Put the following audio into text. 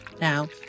Now